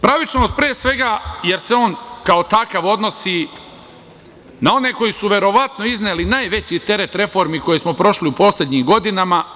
Pravičnost, pre svega, jer se on kao takav odnosi na one koji su verovatno izneli najveći teret reformi koje smo prošli u poslednjim godinama.